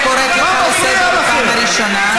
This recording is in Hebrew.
אני קוראת אותך לסדר בפעם הראשונה.